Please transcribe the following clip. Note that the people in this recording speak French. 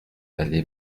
allée